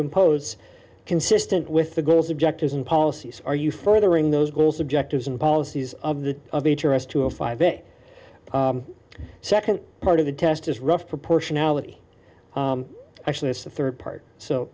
impose consistent with the goals objectives and policies are you furthering those goals objectives and policies of the of each of us to a five day the second part of the test is rough proportionality actually it's the third part so